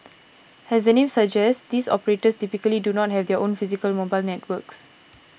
as the name suggests these operators typically do not have their own physical mobile networks